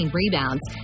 rebounds